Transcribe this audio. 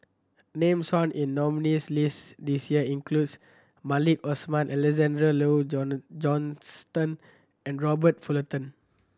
names found in nominees' list this year includes Maliki Osman Alexander Laurie Johnston and Robert Fullerton